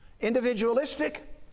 Individualistic